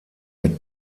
mit